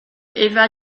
eva